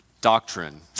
doctrine